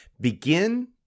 begin